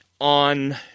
on